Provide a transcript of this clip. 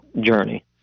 journey